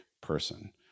person